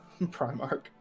Primark